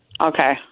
Okay